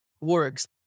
works